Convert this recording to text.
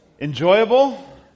Enjoyable